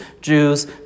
Jews